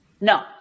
No